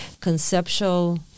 conceptual